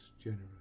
generous